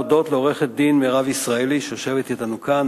להודות לעורכת-הדין מירב ישראלי שיושבת אתנו כאן,